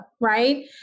right